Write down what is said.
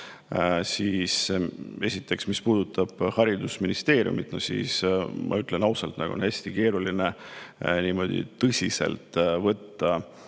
Esiteks, mis puudutab haridusministeeriumit, siis ma ütlen ausalt, et on hästi keeruline tõsiselt võtta